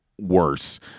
Worse